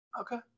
Okay